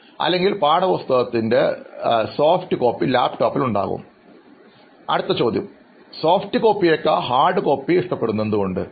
അല്ലെങ്കിൽ പാഠപുസ്തകത്തിന്റെ soft copy ലാപ്ടോപ്പിൽ ഉണ്ടാകും അഭിമുഖം നടത്തുന്നയാൾ സോഫ്റ്റ് കോപ്പിയെക്കാൾ ഹാർഡ് കോപ്പി നിങ്ങൾ ഇഷ്ടപ്പെടുന്നത് എന്തെങ്കിലും കാരണം ഉണ്ടോ